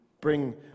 bring